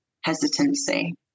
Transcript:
hesitancy